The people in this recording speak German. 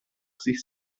sich